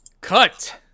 Cut